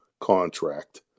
contract